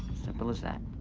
simple as that.